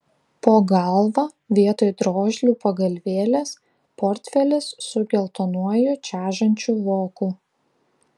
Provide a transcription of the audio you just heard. po galva vietoj drožlių pagalvėlės portfelis su geltonuoju čežančiu voku